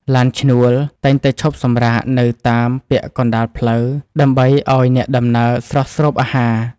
ឡានឈ្នួល តែងតែឈប់សម្រាកនៅតាមពាក់កណ្តាលផ្លូវដើម្បីឱ្យអ្នកដំណើរស្រស់ស្រូបអាហារ។